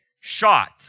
shot